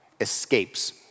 escapes